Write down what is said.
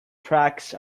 tracks